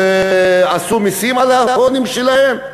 עשו מסים על ההון שלהם?